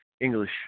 English